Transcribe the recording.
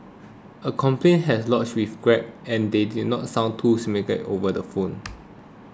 a complaint has lodged with Grab and they didn't sound too sympathetic over the phone